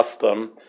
custom